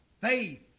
faith